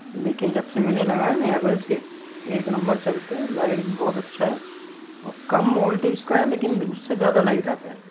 लेकिन जब से मैंने लगाया ना हैवेल्स के एक नम्बर चलते हैं लाइट भी बहुत अच्छा है और कम वोल्टेज का है लेकिन उससे ज़्यादा लाइट आता है